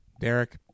Derek